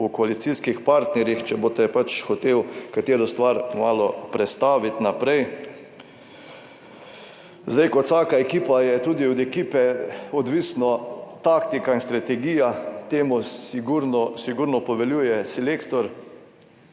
v koalicijskih partnerjih, če boste hoteli katero stvar malo prestaviti naprej. Zdaj, kot vsaka ekipa je tudi od ekipe odvisno, taktika in strategija, temu sigurno poveljuje selektor,